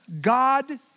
God